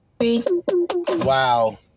Wow